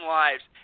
lives